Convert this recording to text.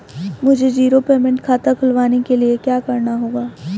मुझे zero payment खाता खुलवाने के लिए क्या करना होगा?